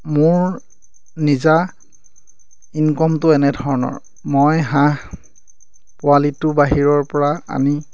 মোৰ নিজা ইনকমটো এনেধৰণৰ মই হাঁহ পোৱালিটো বাহিৰৰ পৰা আনি